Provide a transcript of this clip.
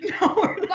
No